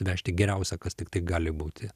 vežti geriausia kas tiktai gali būti